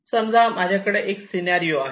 समजा माझ्याकडे एक सिनारिओ आहे